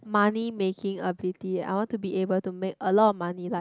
money making ability I want to be able to make a lot of money like